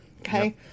okay